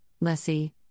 lessee